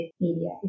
media